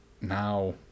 now